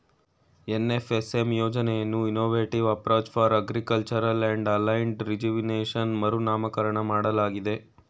NFSM ಯೋಜನೆಯನ್ನು innovative approach for agriculture and aligned rejuvenation ಮರುನಾಮಕರಣ ಮಾಡಲಾಗಿದೆ